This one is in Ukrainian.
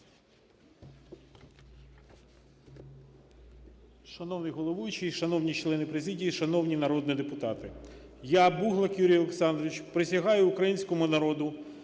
Шановний головуючий, шановні члени президії, шановні народні депутати! Я, Буглак Юрій Олександрович, присягаю Українському народу